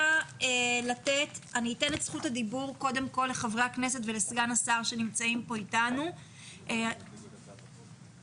אני אתן את זכות הדיבור קודם כל לחברי הכנסת ולסגן השר ואחר כך